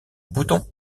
boutons